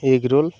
egg roll